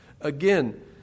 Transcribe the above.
Again